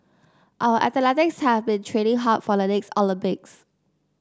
our have been training hard for the next Olympics